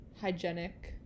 hygienic